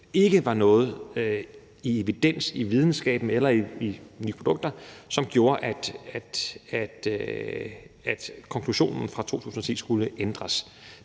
ikke var noget evidens i videnskaben eller fra nye produkter, som gjorde, at konklusionen fra 2010 skulle ændres.